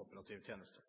operativ tjeneste.